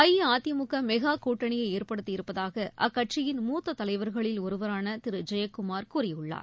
AIADMK mega கூட்டனியை ஏற்படுத்தியிருப்பதாக அக்கட்சியின் மூத்த தலைவர்களில் ஒருவரான திரு ஜெயக்குமார் கூறியுள்ளார்